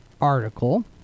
article